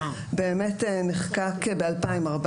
באמת נחקק ב-2014.